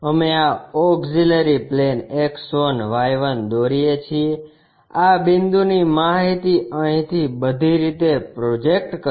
અમે આ auxiliary plane X1Y1 દોરીએ છીએ આ બિંદુની માહિતી અહીંથી બધી રીતે પ્રોજેક્ટ કરો